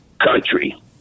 country